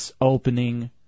opening